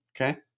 Okay